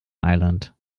island